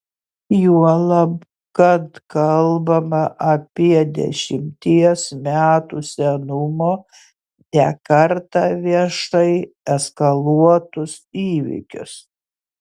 juolab kad kalbama apie dešimties metų senumo ne kartą viešai eskaluotus įvykius